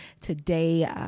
today